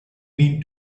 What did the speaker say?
mean